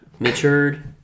Mitchard